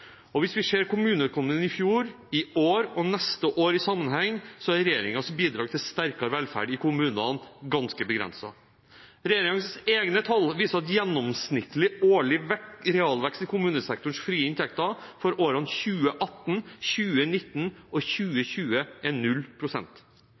kommunene. Hvis vi ser kommuneøkonomien i fjor, i år og til neste år i sammenheng, er regjeringens bidrag til sterkere velferd i kommunene ganske begrenset. Regjeringens egne tall viser at gjennomsnittlig årlig realvekst i kommunesektorens frie inntekter for årene 2018, 2019 og